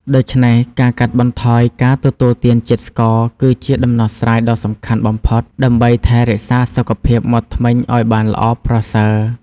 ដូច្នេះការកាត់បន្ថយការទទួលទានជាតិស្ករគឺជាដំណោះស្រាយដ៏សំខាន់បំផុត ដើម្បីថែរក្សាសុខភាពមាត់ធ្មេញឱ្យបានល្អប្រសើរ។